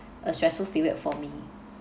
a stressful period for me